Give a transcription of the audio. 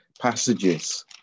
passages